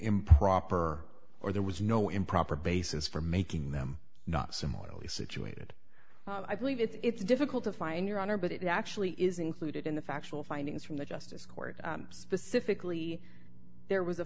improper or there was no improper basis for making them not similarly situated i believe it's difficult to find your honor but it actually is included in the factual findings from the justice court specifically there was a